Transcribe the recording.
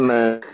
Man